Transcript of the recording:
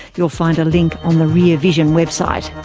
you'll find a link on the rear vision website.